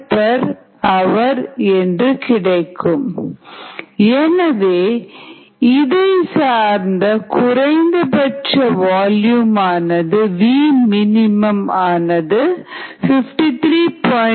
8 lh எனவே இதை சார்ந்த குறைந்தபட்ச வால்யூம்minimum volume Vmin Vmin FDm22